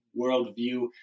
worldview